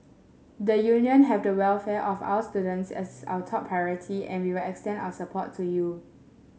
the Union have the welfare of our students as our top priority and will extend our support to you